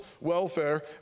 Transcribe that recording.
welfare